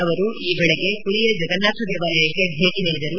ಅವರು ಈ ಬೆಳಗ್ಗೆ ಪುರಿಯ ಜಗನ್ನಾಥ ದೇವಾಲಯಕ್ಕೆ ಭೇಟ ನೀಡಿದರು